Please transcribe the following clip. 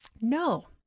No